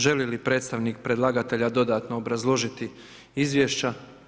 Želi li predstavnik predlagatelja dodatno obrazložiti izvješća?